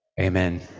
Amen